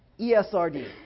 ESRD